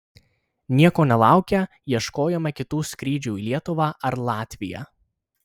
nieko nelaukę ieškojome kitų skrydžių į lietuvą ar latviją